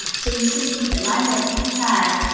so you see, the line that we had